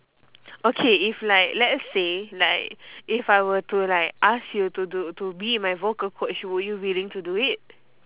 okay if like let's say like if I were to like ask to do to be my vocal coach would you willing to do it